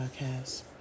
Podcast